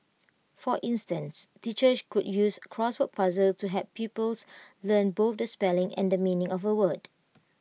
for instance teachers could use crossword puzzles to help pupils learn both the spelling and the meaning of A word